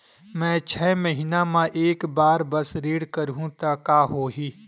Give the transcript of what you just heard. मैं छै महीना म एक बार बस ऋण करहु त का होही?